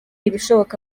ibishoboka